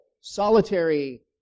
solitary